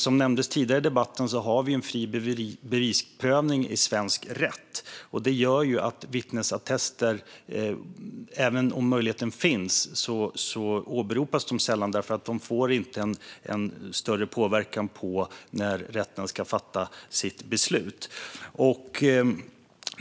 Som nämndes tidigare i debatten har vi en fri bevisprövning i svensk rätt, och det gör att vittnesattester sällan åberopas även om möjligheten finns. De får då inte en större påverkan på när rätten ska fatta sitt beslut.